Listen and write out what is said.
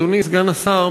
אדוני סגן השר,